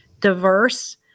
diverse